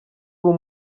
ubu